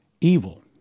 Evil